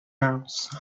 house